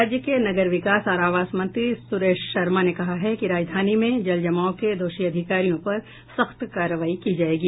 राज्य के नगर विकास और आवास मंत्री सूरेश शर्मा ने कहा है कि राजधानी में जल जमाव के दोषी अधिकारियों पर सख्त कार्रवाई की जायेगी